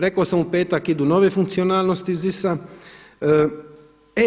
Rekao sam u petak idu nove funkcionalnosti iz ZIS-a.